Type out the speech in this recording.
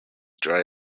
dry